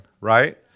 right